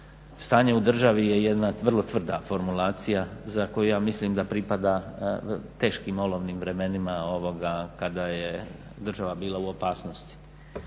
stanje u državi je jedna vrlo tvrda formulacija za koju ja mislim da pripada teškim olovnim vremenima kada je država bila u opasnosti